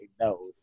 no